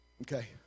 Okay